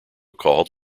called